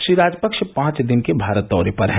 श्री राजपक्ष पांच दिन के भारत दौरे पर हैं